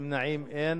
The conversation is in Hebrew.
ונמנעים, אין.